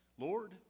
Lord